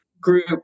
group